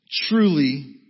Truly